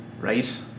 right